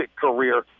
career